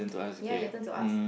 ya your turn to ask